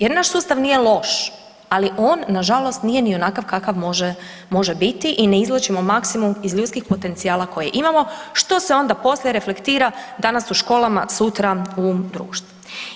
Jer naš sustav nije loš, ali on nažalost nije ni onakav kakav može, može biti i ne izvlačimo maksimum iz ljudskih potencijala koje imamo, što se onda poslije reflektira danas u školama, sutra u društvu.